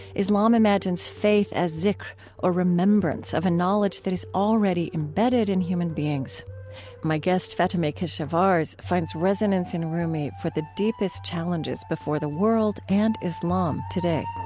islam imagines faith as zikr or remembrance of a knowledge that is already embedded in human beings my guest, fatemeh keshavarz, finds resonance in rumi for the deepest challenges before the world and islam today